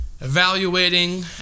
evaluating